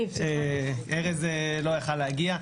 ארז לא יכול היה להגיע.